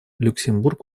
люксембург